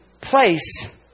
place